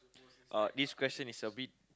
uh this question is a bit